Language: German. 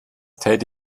täte